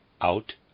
out